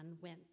went